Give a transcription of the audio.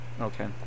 Okay